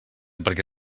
perquè